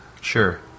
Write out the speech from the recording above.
Sure